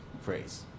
phrase